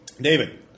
David